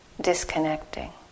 disconnecting